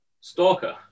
Stalker